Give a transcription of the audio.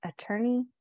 attorney